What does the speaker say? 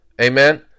Amen